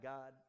God